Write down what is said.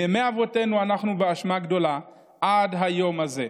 מימי אבותינו אנחנו באשמה גדֹלה עד היום הזה".